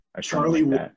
Charlie